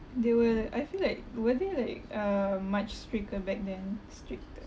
they were I feel like were they like uh much stricter back then stricter